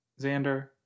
Xander